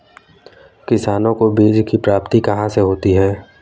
किसानों को बीज की प्राप्ति कहाँ से होती है?